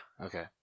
okay